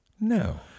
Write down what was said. No